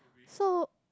so